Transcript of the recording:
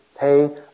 Pay